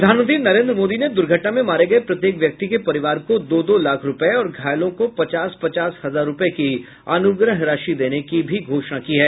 प्रधानमंत्री नरेन्द्र मोदी ने दुर्घटना में मारे गये प्रत्येक व्यक्ति के परिवार को दो दो लाख रूपये और घायलों को पचास पचास हजार रूपये की अनुग्रह राशि देने की भी घोषणा की है